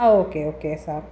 ആ okay okay sir